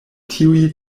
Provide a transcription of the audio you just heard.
tiuj